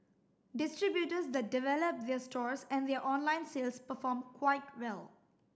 distributors that develop their stores and their online sales perform quite well